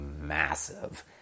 massive